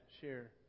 share